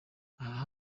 aha